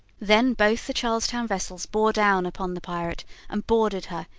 then both the charles town vessels bore down upon the pirate and boarded her,